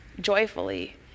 joyfully